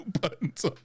buttons